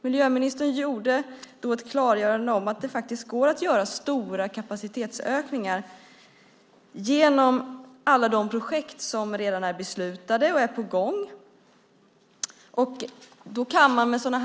Miljöministern klargjorde då att det går att göra stora kapacitetsökningar genom alla de projekt som redan är beslutade och på gång.